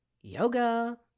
yoga